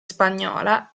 spagnola